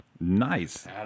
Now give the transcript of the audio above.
Nice